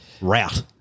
route